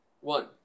one